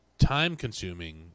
time-consuming